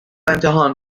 امتحان